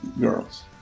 girls